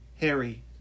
Harry